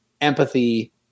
empathy